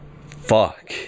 fuck